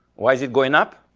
why is it going up?